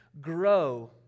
grow